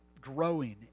growing